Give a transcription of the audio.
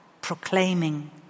proclaiming